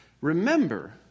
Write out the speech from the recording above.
Remember